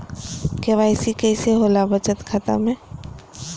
KYC कैसे होला बचत खाता में?